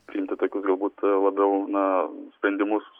priimti tokius galbūt labiau na sprendimus